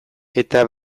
eta